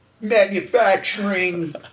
manufacturing